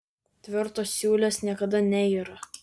tvirtos siūlės niekada neyra